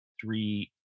three